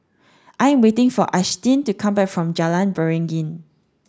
I am waiting for Ashtyn to come back from Jalan Beringin